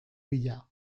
bila